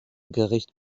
gericht